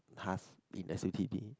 task in the city D